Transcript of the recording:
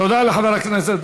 תודה לחבר הכנסת